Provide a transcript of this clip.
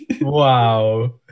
Wow